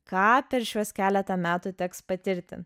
ką per šiuos keletą metų teks patirti